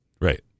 Right